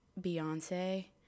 Beyonce